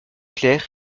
clair